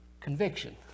conviction